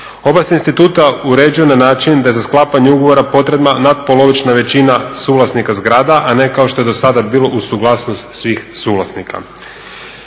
Oba se instituta uređuju na način da je za sklapanje ugovora potrebna natpolovična većina suvlasnika zgrada, a ne kao što je do sada bilo uz suglasnost svih suvlasnika.